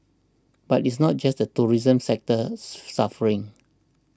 but it's not just the tourism sector suffering